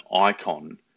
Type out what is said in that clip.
icon